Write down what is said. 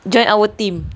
join our team